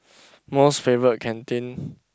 most favourite canteen